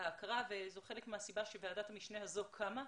זו חלק מהסיבה שוועדת המשנה הזו קמה,